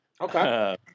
Okay